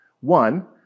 One